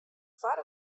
foar